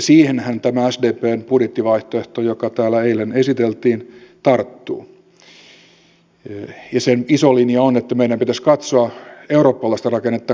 siihenhän tämä sdpn budjettivaihtoehto joka täällä eilen esiteltiin tarttuu ja sen iso linja on että meidän pitäisi katsoa eurooppalaista rakennetta kokonaisuudessaan ei vain osaa sieltä